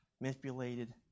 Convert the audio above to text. manipulated